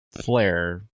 flare